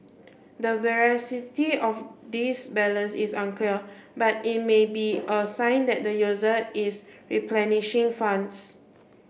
the veracity of this balance is unclear but it may be a sign that the user is replenishing funds